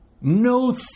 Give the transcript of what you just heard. No